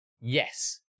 Yes